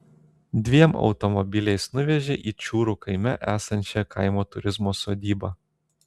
dviem automobiliais nuvežė į čiūrų kaime esančią kaimo turizmo sodybą